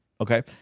okay